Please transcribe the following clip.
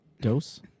Dose